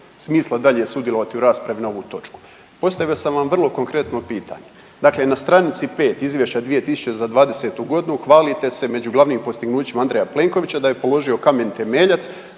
smisla dalje sudjelovati u raspravi na ovu točku. Postavio sam vam vrlo konkretno pitanje. Dakle na stranici 5 Izvješća za 2020. g. hvalite se među glavnim postignućima Andreja Plenkovića da je položio kamen temeljac